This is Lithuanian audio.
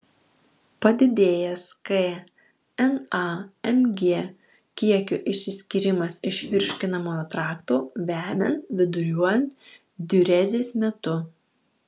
padidėjęs k na mg kiekio išsiskyrimas iš virškinimo trakto vemiant viduriuojant diurezės metu